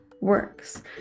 works